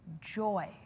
joy